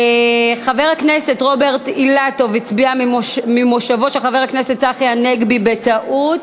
חבר הכנסת רוברט אילטוב הצביע ממושבו של חבר הכנסת צחי הנגבי בטעות,